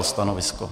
Stanovisko?